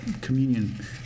communion